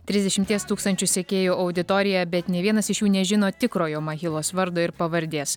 trisdešimties tūkstančių sekėjų auditorija bet nė vienas iš jų nežino tikrojo mahilos vardo ir pavardės